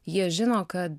jie žino kad